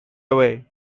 away